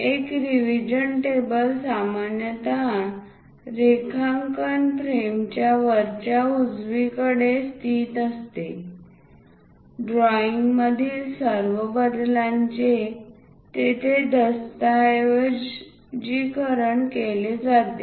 एक revision table सामान्यत रेखांकन फ्रेमच्या वरच्या उजवीकडे स्थित असते ड्रॉईंगमधील सर्व बदलांचे तेथे दस्तऐवजीकरण केले जाते